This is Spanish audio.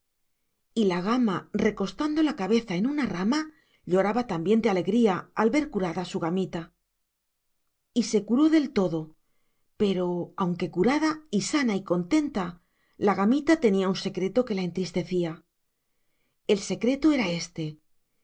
y la gama recostando la cabeza en una rama lloraba también de alegría al ver curada su gamita y se curó del todo pero aunque curada y sana y contenta la gamita tenía un secreto que la entristecía y el secreto era éste